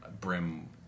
Brim